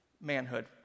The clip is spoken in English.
manhood